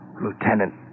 Lieutenant